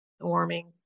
warming